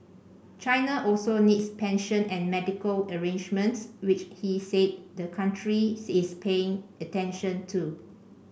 China also needs pension and medical arrangements which he said the country is paying attention to